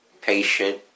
patient